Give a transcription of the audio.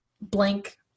Blank